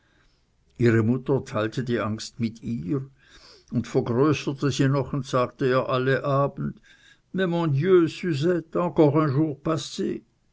ihre mutter teilte die angst mit ihr und vergrößerte sie noch und sagte ihr alle abend